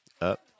Up